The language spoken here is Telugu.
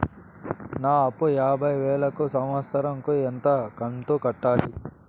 నా అప్పు యాభై వేలు కు సంవత్సరం కు ఎంత కంతు కట్టాలి?